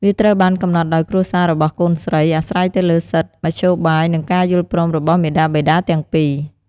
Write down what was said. វាត្រូវបានកំណត់ដោយគ្រួសាររបស់កូនស្រី អាស្រ័យទៅលើសិទ្ធិ មធ្យោបាយ និងការយល់ព្រមរបស់មាតាបិតាទាំងពីរ។